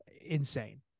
insane